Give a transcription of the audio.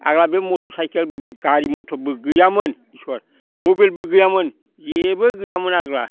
आग्ला बे मथर साइखेल गारि मथरबो गैयामोन इसोर मबाइलबो गैयामोन जेबो गैयामोन आग्ला